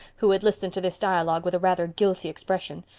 who had listened to this dialogue with a rather guilty expression.